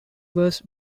was